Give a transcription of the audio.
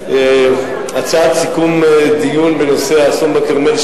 הצעת סיכום דיון בנושא האסון בכרמל,